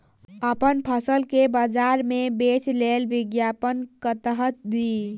अप्पन फसल केँ बजार मे बेच लेल विज्ञापन कतह दी?